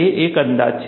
તે એક અંદાજ છે